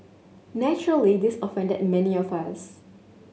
naturally this offended many of us